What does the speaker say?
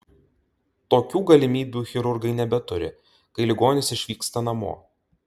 tokių galimybių chirurgai nebeturi kai ligonis išvyksta namo